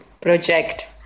Project